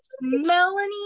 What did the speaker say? Melanie